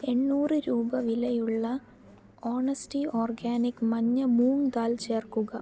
എണ്ണൂറ് രൂപ വിലയുള്ള ഹോണസ്റ്റി ഓർഗാനിക്ക് മഞ്ഞ മൂംഗ് ദാൽ ചേർക്കുക